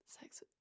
sex